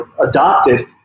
adopted